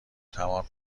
تمام